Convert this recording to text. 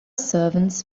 servants